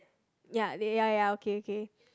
ya they ya okay okay